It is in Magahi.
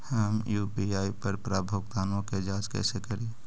हम यु.पी.आई पर प्राप्त भुगतानों के जांच कैसे करी?